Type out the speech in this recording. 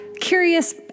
curious